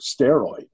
steroid